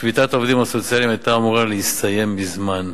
שביתת העובדים הסוציאליים היתה אמורה להסתיים מזמן.